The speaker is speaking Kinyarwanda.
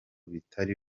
bitari